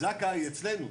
זק"א היא אצלנו,